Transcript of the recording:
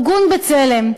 ארגון "בצלם",